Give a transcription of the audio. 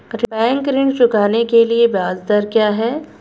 Bank ऋण चुकाने के लिए ब्याज दर क्या है?